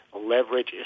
leverage